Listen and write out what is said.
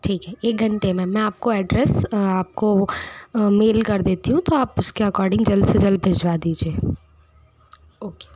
ठीक है एक घंटे में मैं आपको ऐड्रेस आपको मेल कर देती हूँ तो आप उसके अकॉर्डिंग जल्द से जल्द भिजवा दीजिए ओके